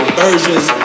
versions